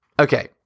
Okay